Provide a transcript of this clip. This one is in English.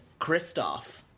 Kristoff